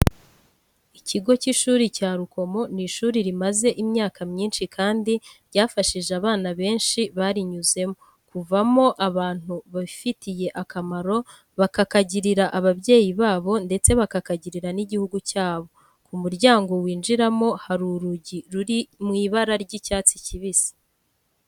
Ikigo cy'ishuri cya Rukomo ni ishuri rimaze imyaka myinshi kandi ryafashije abana benshi barinyuzemo kuvamo abantu bifitiye akamaro, bakakagirira ababyeyi babo ndetse bakakagirira n'igihugu cyabo. Ku muryango winjiramo hari urugi ruri mu ibara ry'icyatsi kibisi.